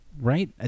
right